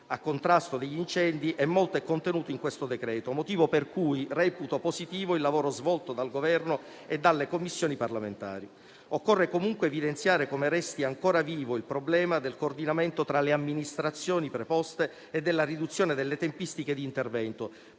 a contrasto degli incendi e molto è contenuto in questo decreto-legge. Per tale motivo reputo positivo il lavoro svolto dal Governo e dalle Commissioni parlamentari. Occorre, comunque, evidenziare come resti ancora vivo il problema del coordinamento tra le amministrazioni preposte e la riduzione delle tempistiche di intervento,